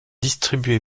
distribué